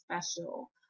special